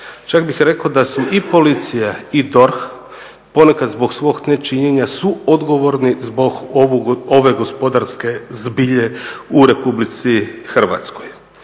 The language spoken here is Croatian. čak bih rekao da su i Policija i DORH ponekad zbog svog nečinjenja suodgovorni zbog ove gospodarske zbilje u Republici Hrvatskoj.